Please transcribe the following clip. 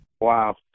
Wow